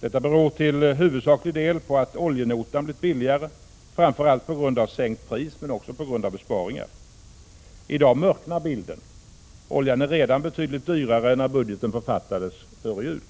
Detta beror till huvudsaklig del på att oljenotan blivit billigare, framför allt på grund av sänkt pris men också på grund av besparingar. I dag mörknar bilden. Oljan är redan betydligt dyrare än när budgeten författades före jul.